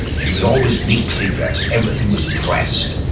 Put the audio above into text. she was always neatly dressed, everything was pressed.